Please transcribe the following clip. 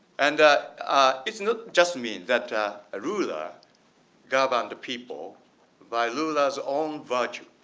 and it's not just me that ah ah ruler govern the people by ruler's own virtue.